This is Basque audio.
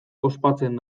ospatzen